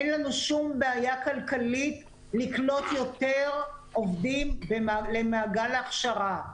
אין לנו שום בעיה כלכלית לקלוט יותר עובדים למעגל ההכשרה,